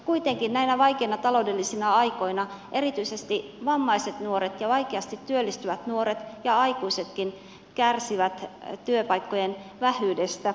kuitenkin näinä vaikeina taloudellisina aikoina erityisesti vammaiset nuoret ja vaikeasti työllistyvät nuoret ja aikuisetkin kärsivät työpaikkojen vähyydestä